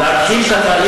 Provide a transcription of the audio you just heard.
אתה חייב,